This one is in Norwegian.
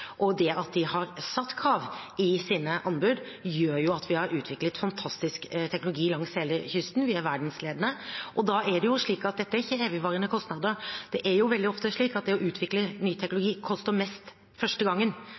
Det at de har satt krav i sine anbud, gjør at vi har utviklet fantastisk teknologi langs hele kysten. Vi er verdensledende. Da er ikke dette evigvarende kostnader. Det er veldig ofte slik at det å utvikle ny teknologi koster mest første gangen,